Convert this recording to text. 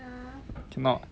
cannot